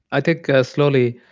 i think, slowly,